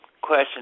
question